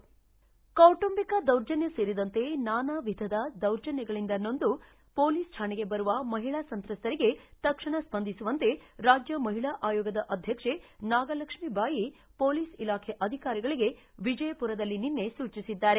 ಕೌಟುಂಬಿಕ ದೌರ್ಜನ್ನ ಸೇರಿದಂತೆ ನಾನಾ ವಿಧಧ ದೌರ್ಜನ್ನಗಳಿಂದ ನೊಂದು ಮೋಲಿಸ್ ಕಾಣಿಗೆ ಬರುವ ಮಹಿಳಾ ಸಂತ್ರಸ್ಥರಿಗೆ ತಕ್ಷಣ ಸ್ಪಂದಿಸುವಂತೆ ರಾಜ್ಯ ಮಹಿಳಾ ಆಯೋಗದ ಆಧ್ವಕ್ಷೆ ನಾಗಲಕ್ಷಿಕ್ಮೀ ಬಾಯಿ ಮೋಲಿಸ್ ಇಲಾಖೆ ಅಧಿಕಾರಿಗಳಿಗೆ ವಿಜಯಪುರದಲ್ಲಿ ನಿನ್ನೆ ಸೂಚಿಸಿದ್ದಾರೆ